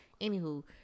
Anywho